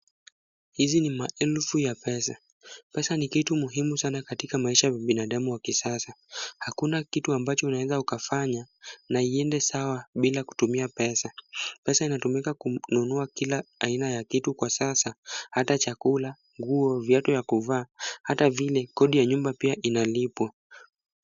Hizi ni maelfu ya pesa. Pesa ni kitu muhimu sana katika maisha ya binadamu wa kisasa. Hakuna kitu ambacho unaweza ukafanya na iende sawa bila kutumia pesa. Pesa inatumika kununua kila aina ya kitu kwa sasa hata chakula, nguo, viatu ya kufaa. Hata vile kodi ya nyumba pia inalipwa.